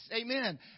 Amen